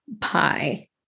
pie